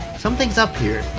something's up here.